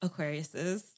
Aquariuses